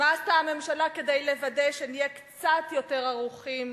מה עשתה הממשלה כדי לוודא שנהיה קצת יותר ערוכים,